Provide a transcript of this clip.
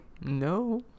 No